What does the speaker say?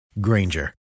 Granger